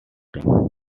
acting